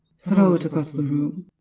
throw it across the room.